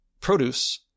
produce